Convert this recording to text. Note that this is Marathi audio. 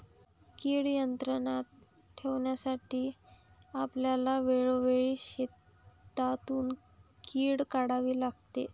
कीड नियंत्रणात ठेवण्यासाठी आपल्याला वेळोवेळी शेतातून कीड काढावी लागते